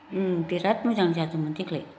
बिराद मोजां जादोंमोन देग्लाय